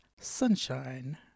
sunshine